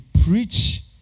preach